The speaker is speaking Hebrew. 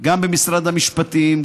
גם במשרד המשפטים,